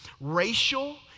racial